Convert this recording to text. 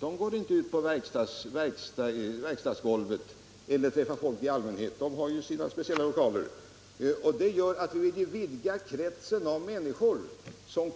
De går inte ut på verkstadsgolvet och träffar inte folk i allmänhet; de håller ju vanligtvis till i sina speciella lokaler. Vi vill vidga kretsen av människor som